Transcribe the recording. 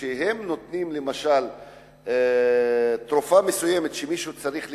כשהן נותנות למשל תרופה מסוימת שמישהו צריך לקבל,